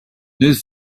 these